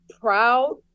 proud